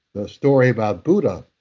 the story about buddha,